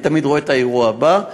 אני תמיד רואה את האירוע הבא,